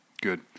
Good